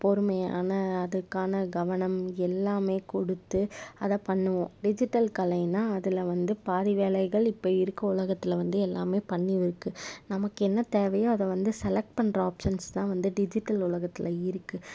பொறுமையாக அதுக்கான கவனம் எல்லாமே கொடுத்து அதை பண்ணுவோம் டிஜிட்டல் கலைனால் அதில் வந்து பாதி வேலைகள் இப்போ இருக்குது உலகத்தில் வந்து எல்லாமே பண்ணி இருக்குது நமக்கு என்ன தேவையோ அதை வந்து செலக்ட் பண்ணுற ஆப்ஷன்ஸ் தான் வந்து டிஜிட்டல் உலகத்தில் இருக்குது